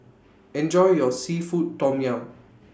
Enjoy your Seafood Tom Yum